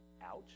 ouch